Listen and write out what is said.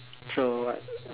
so what